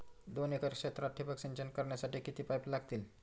दोन एकर क्षेत्रात ठिबक सिंचन करण्यासाठी किती पाईप लागतील?